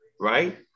right